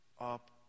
Up